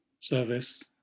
service